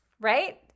right